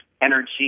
energy